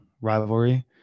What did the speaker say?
rivalry